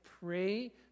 pray